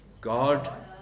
God